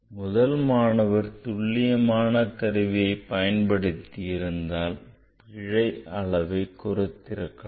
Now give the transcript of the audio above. முதல் மாணவர் துல்லியமான கருவியை பயன்படுத்தி இருந்தால் பிழை அளவை குறைத்திருக்கலாம்